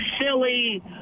silly